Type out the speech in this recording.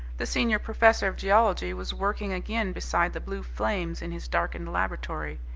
the senior professor of geology was working again beside the blue flames in his darkened laboratory.